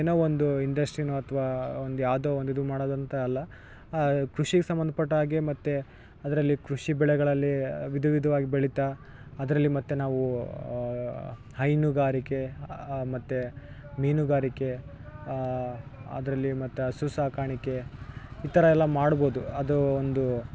ಏನೋ ಒಂದು ಇಂಡಸ್ಟ್ರಿನೋ ಅಥ್ವ ಒಂದು ಯಾವುದೋ ಒಂದು ಇದು ಮಾಡೋದಂತ ಅಲ್ಲ ಕೃಷಿಗ್ ಸಂಬಂಧ ಪಟ್ಟಾಗೆ ಮತ್ತು ಅದರಲ್ಲಿ ಕೃಷಿ ಬೆಳೆಗಳಲ್ಲಿ ವಿಧ ವಿಧವಾಗಿ ಬೆಳಿತಾ ಅದರಲ್ಲಿ ಮತ್ತು ನಾವು ಹೈನುಗಾರಿಕೆ ಮತ್ತು ಮೀನುಗಾರಿಕೆ ಅದರಲ್ಲಿ ಮತ್ತು ಹಸು ಸಾಕಾಣಿಕೆ ಈ ಥರ ಎಲ್ಲ ಮಾಡ್ಬೋದು ಅದು ಒಂದು